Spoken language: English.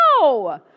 No